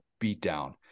beatdown